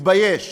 מתבייש